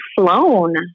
flown